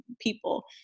people